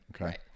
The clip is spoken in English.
Okay